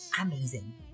amazing